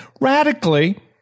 radically